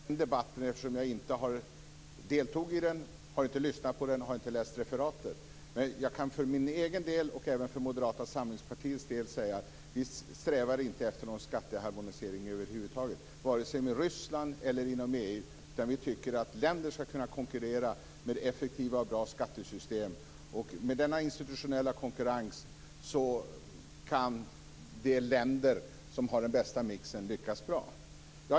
Herr talman! Jag har ingen anledning att gå in på den debatten eftersom jag inte deltog i den. Jag har inte heller lyssnat på den eller läst referatet. För egen del, och även för Moderata samlingspartiets del, kan jag dock säga att vi inte strävar efter någon skatteharmonisering över huvud taget, vare sig med Ryssland eller inom EU. I stället tycker vi att länder skall kunna konkurrera med effektiva och bra skattesystem. Med denna institutionella konkurrens kan de länder som har den bästa mixen lyckas bra.